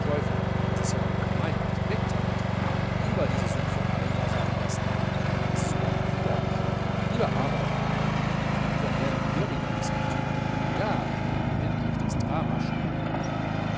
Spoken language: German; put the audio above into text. das ist ja eine gemeinheit weg damit lieber diese sumpfereien da sein lassen es ist überhaupt widerlich lieber arbeiten wieder mehr mit girlinger disputieren ja und endlich das drama schreiben